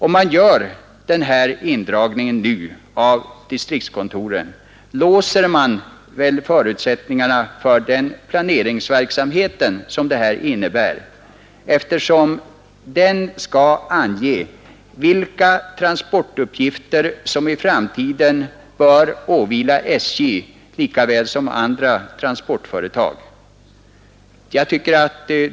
Om man gör denna indragning av distriktskontoren nu, låser man väl förutsättningarna för planeringsverksamheten, eftersom den skall ange vilka transportuppgifter som i framtiden bör åvila SJ lika väl som andra transportföretag.